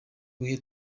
gihe